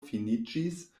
finiĝis